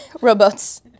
robots